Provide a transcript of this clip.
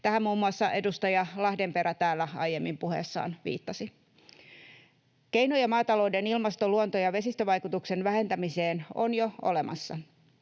Tähän muun muassa edustaja Lahdenperä täällä aiemmin puheessaan viittasi. Keinoja maatalouden ilmasto-, luonto- ja vesistövaikutuksen vähentämiseen on jo olemassa.